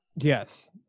yes